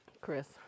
Chris